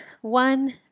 one